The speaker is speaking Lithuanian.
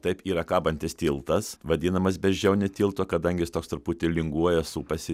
taip yra kabantis tiltas vadinamas beždžionių tiltu kadangi jis toks truputį linguoja supasi